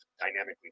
dynamically